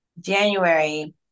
January